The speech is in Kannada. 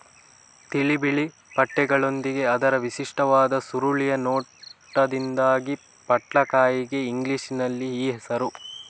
ತಿಳಿ ಬಿಳಿ ಪಟ್ಟೆಗಳೊಂದಿಗೆ ಅದರ ವಿಶಿಷ್ಟವಾದ ಸುರುಳಿಯ ನೋಟದಿಂದಾಗಿ ಪಟ್ಲಕಾಯಿಗೆ ಇಂಗ್ಲಿಷಿನಲ್ಲಿ ಈ ಹೆಸರು